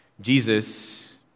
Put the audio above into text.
Jesus